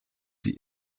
die